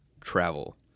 travel